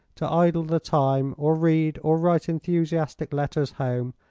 to idle the time or read or write enthusiastic letters home,